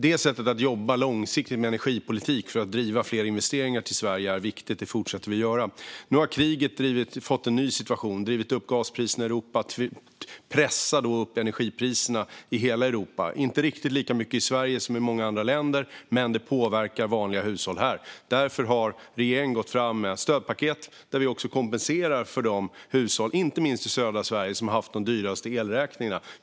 Det sättet att jobba långsiktigt med energipolitik för att driva fler investeringar till Sverige är viktigt, och det fortsätter vi med. Nu har kriget gjort att vi fått en ny situation och gaspriserna i Europa har drivits upp, vilket pressar upp energipriserna i hela Europa - inte riktigt lika mycket i Sverige som i många andra länder, men det påverkar vanliga hushåll här. Därför har regeringen gått fram med ett stödpaket där vi också kompenserar de hushåll, inte minst i södra Sverige, som har haft de dyraste elräkningarna.